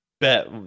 bet